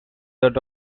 that